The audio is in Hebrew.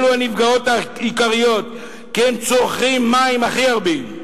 אלו הנפגעות העיקריות כי הם צורכי המים הכי גדולים.